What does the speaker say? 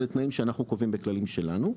אלה תנאים שאנחנו קובעים בכללים שלנו.